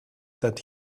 that